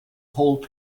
hold